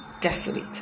desolate